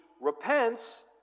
repents